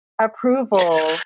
approval